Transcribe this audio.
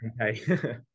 okay